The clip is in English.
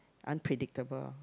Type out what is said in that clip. unpredictable